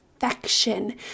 affection